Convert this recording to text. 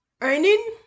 earning